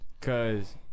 Cause